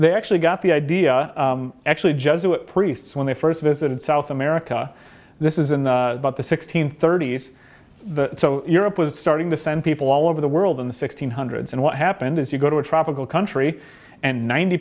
they actually got the idea actually jesuit priests when they first visited south america this isn't about the six hundred thirty s the europe was starting to send people all over the world in the sixteen hundreds and what happened is you go to a tropical country and ninety